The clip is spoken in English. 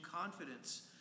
confidence